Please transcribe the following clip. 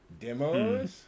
Demos